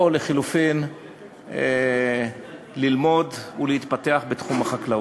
או לחלופין ללמוד ולהתפתח בתחום החקלאות.